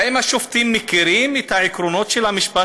האם השופטים מכירים את העקרונות של המשפט